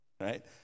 right